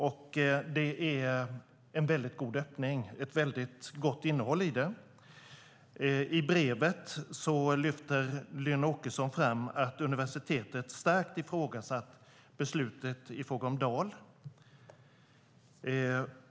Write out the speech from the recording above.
Och det är en väldigt god öppning. Det är ett väldigt gott innehåll i det. I brevet lyfter Lynn Åkesson fram att universitetet starkt ifrågasatt beslutet i fråga om Dal.